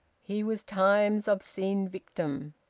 he was time's obscene victim.